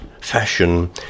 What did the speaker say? fashion